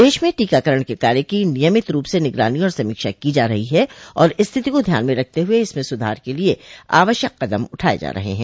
देश में टीकाकरण के कार्य की नियमित रूप से निगरानी और समीक्षा को जा रही है और स्थिति को ध्यान में रखत हुए इसमें सुधार के लिए आवश्यक कदम उठाए जा रहे हैं